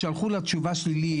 שלחו לה תשובה שלילית.